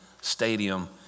stadium